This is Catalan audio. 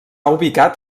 ubicat